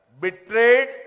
betrayed